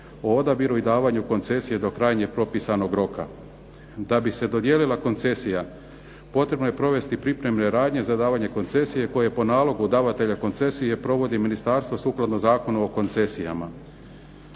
o odabiru i davanju koncesije do krajnje propisanog roka. Da bi se dodijelila koncesija potrebno je provesti pripremne radnje za davanje koncesije, koje po nalogu davatelja koncesije provodi ministarstvo sukladno Zakonu o koncesijama.